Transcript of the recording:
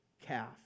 calf